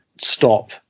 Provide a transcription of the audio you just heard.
stop